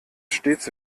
stets